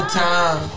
time